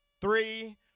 three